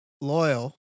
loyal